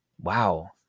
Wow